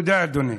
תודה, אדוני.